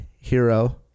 hero